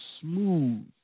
smooth